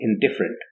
indifferent